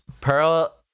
Pearl